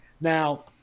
now